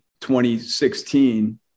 2016